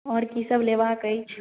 आओर कीसभ लेबाक अछि